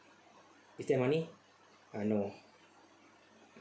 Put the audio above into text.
is there money uh no